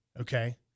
Okay